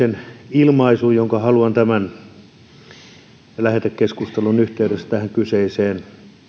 ilmaisun jonka haluan tämän lähetekeskustelun yhteydessä tähän kyseiseen